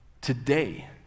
Today